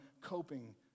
coping